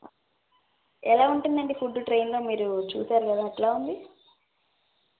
ఎలా ఉంటుందండి ఫుడ్డు ట్రైన్లో మీరు చూసారుకదా ఎట్లా ఉంది